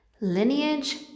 lineage